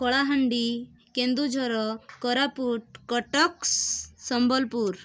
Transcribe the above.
କଳାହାଣ୍ଡି କେନ୍ଦୁଝର କୋରାପୁଟ କଟକ ସ ସମ୍ବଲପୁର